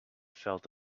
felt